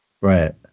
Right